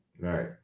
right